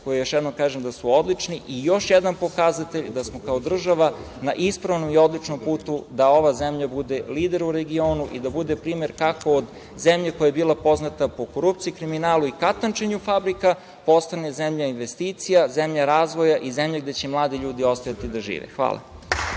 koje još jednom kažem da su odlični i još jedan pokazatelj da smo kao država na ispravnom i odličnom putu da ova zemlja bude lider u regionu i da bude primer kako od zemlje koja je bila poznata po korupciji, kriminalu i katančenju fabrika postane zemlja investicija, zemlja razvoja i zemlja gde će mladi ljudi ostajati da žive. Hvala.